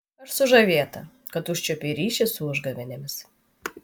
aš sužavėta kad užčiuopei ryšį su užgavėnėmis